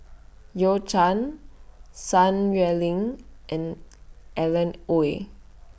YOU Can Sun yuanling and Alan Oei